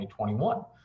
2021